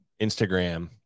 instagram